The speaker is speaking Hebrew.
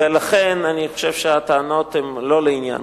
לכן אני חושב שהטענות כאן הן לא לעניין,